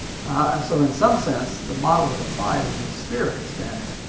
and so, in some sense, the model that applies is a sphere expanding.